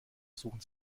suchen